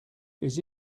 his